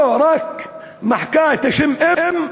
לא, רק מחקה את השם אום,